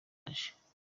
yaje